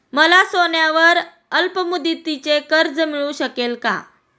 मला सोन्यावर अल्पमुदतीचे कर्ज मिळू शकेल का?